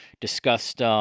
discussed—